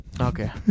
Okay